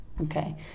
Okay